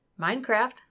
Minecraft